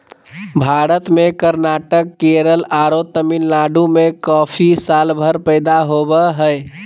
भारत में कर्नाटक, केरल आरो तमिलनाडु में कॉफी सालभर पैदा होवअ हई